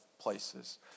places